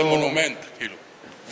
זה מונומנט, כאילו.